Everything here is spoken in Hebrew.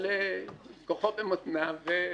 כוחו במותניו.